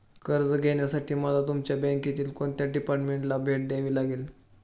कर्ज घेण्यासाठी मला तुमच्या बँकेतील कोणत्या डिपार्टमेंटला भेट द्यावी लागेल?